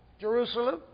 Jerusalem